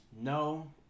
No